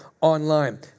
online